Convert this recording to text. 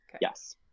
Yes